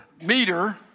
meter